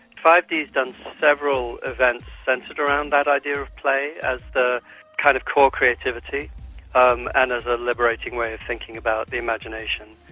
five d has done several events centred around that idea of play as the kind of core creativity um and as a liberating way of thinking about the imagination.